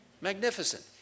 Magnificent